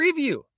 preview